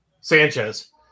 Sanchez